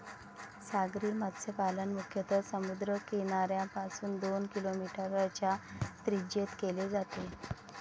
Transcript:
सागरी मत्स्यपालन मुख्यतः समुद्र किनाऱ्यापासून दोन किलोमीटरच्या त्रिज्येत केले जाते